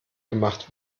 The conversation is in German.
gemacht